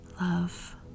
love